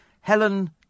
Helen